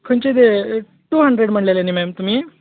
खंयचें ते two hundred म्हणलेलें न्ही मॅम तुमी